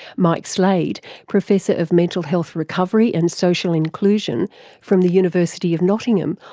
mike slade, professor of mental health recovery and social inclusion from the university of nottingham,